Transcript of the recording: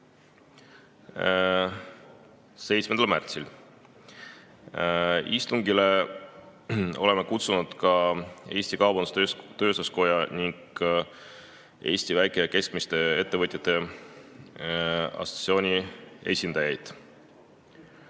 7. märtsil. Istungile olime kutsunud ka Eesti Kaubandus-Tööstuskoja ning Eesti Väike‑ ja Keskmiste Ettevõtjate Assotsiatsiooni esindajaid.